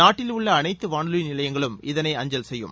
நாட்டில் உள்ள அனைத்து வானொலி நிலையங்களும் இதனை அஞ்சல் செய்யும்